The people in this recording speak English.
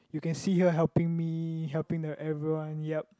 you can see her helping me helping the everyone yup